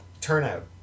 turnout